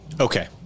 Okay